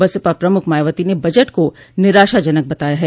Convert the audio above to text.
बसपा प्रमुख मायावती ने बजट को निराशाजनक बताया है